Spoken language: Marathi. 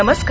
नमस्कार